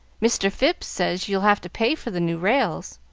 mr. phipps says you'll have to pay for the new rails.